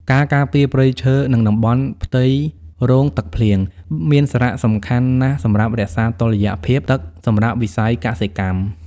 ការការពារព្រៃឈើ និងតំបន់ផ្ទៃរងទឹកភ្លៀង មានសារៈសំខាន់ណាស់សម្រាប់រក្សាតុល្យភាពទឹកសម្រាប់វិស័យកសិកម្ម។